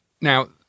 Now